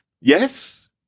yes